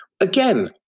again